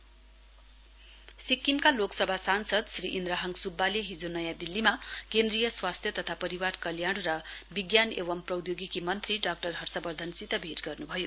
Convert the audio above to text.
MP meeting सिक्किमका लोकसभा संसाद श्री इन्द्रहाङ सुब्बाले हिजो नयाँ दिल्लीमा केन्द्रीय स्वास्थ्य तथा परिवार कल्याण र विज्ञान एवं प्रौद्योगिकी मन्त्री डाक्टर हर्षवर्धनसित भेट गर्न् भयो